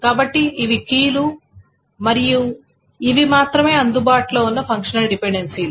కాబట్టి ఇవి కీలు మరియు ఇవి మాత్రమే అందుబాటులో ఉన్న ఫంక్షనల్ డిపెండెన్సీలు